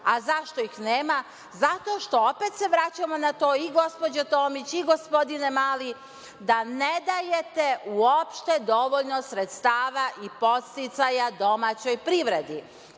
Zašto ih nema? Zato što, opet se vraćamo na to, i gospođa Tomić, i gospodine Mali, da ne dajete uopšte dovoljno sredstava i podsticaja domaćoj privredi. To